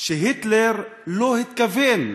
היטלר לא התכוון,